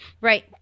Right